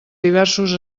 diversos